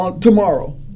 tomorrow